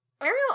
Ariel